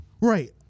Right